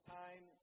time